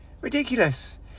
Ridiculous